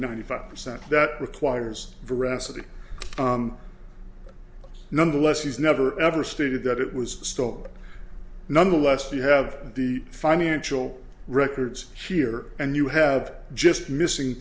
ninety five percent that requires veracity nonetheless he's never ever stated that it was stop nonetheless you have the financial records here and you have just missing